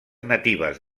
natives